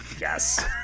yes